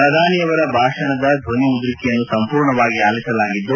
ಪ್ರಧಾನಿ ಅವರ ಭಾಷಣದ ಧ್ನನಮುದ್ರಿಕೆಯನ್ನು ಸಂಪೂರ್ಣವಾಗಿ ಆಲಿಸಲಾಗಿದ್ದು